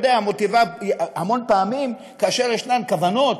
המון פעמים, כאשר ישנן כוונות,